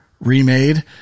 remade